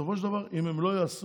בסופו של דבר אם הם לא יעשו,